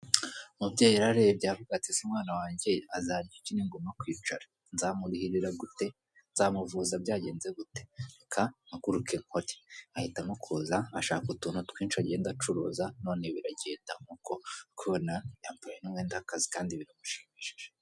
Umubyeyi yararebye avuga ati :"Ese umwana wange azarya iki ni nguma kwicara? Nzamurihirira gute, nzamuvuza byagenze gute? Reka mpaguruke nkore." Ahitamo kuza ashaka utuntu twinshi agenda acuruza none biragenda nk'uko uri kubibona, yambaye n'umwenda w'akazi kandi biramushimishije.